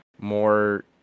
more